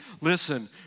listen